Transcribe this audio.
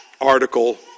article